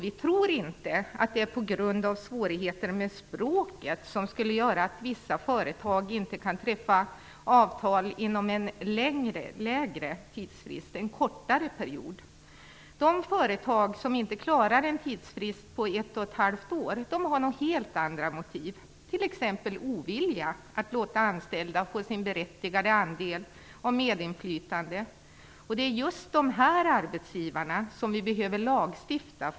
Vi tror inte att svårigheter med språket gör att vissa företag inte kan träffa avtal inom en kortare period. De företag som inte klarar av en tidsfrist på ett och ett halvt år har nog helt andra motiv för det. Det kan t.ex. finnas en ovilja mot att låta anställda få sin berättigade andel av medinflytandet. Det är just för dessa arbetsgivare som vi behöver lagstifta.